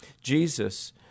Jesus